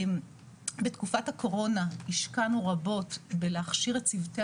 בתקופת הקורונה השקענו רבות בלהכשיר את צוותי